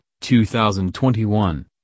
2021